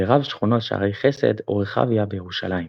ורב שכונות שערי חסד ורחביה בירושלים.